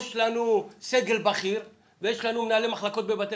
יש לנו סגל בכיר ויש לנו מנהלי מחלקות בבתי